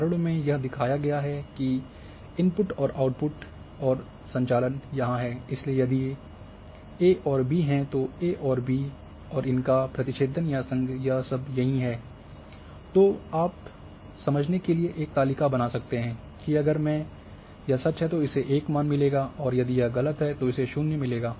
उदाहरणों में दिखाया गया है कि इनपुट और आउटपुट और संचालन यहां हैं इसलिए यदि ए और बी हैं तो ए और बी और इनका प्रतिछेदन या संघ यह सब यहीं है तो आप समझने के लिए एक तालिका बना सकते हैं कि अगर यह सच है तो इसे 1 मान मिलेगा और यदि यह गलत है तो इसे 0 मान मिलेगा